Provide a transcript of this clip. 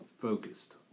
focused